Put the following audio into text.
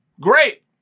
Great